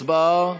הצבעה.